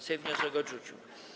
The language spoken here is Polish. Sejm wniosek odrzucił.